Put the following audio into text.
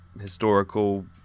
historical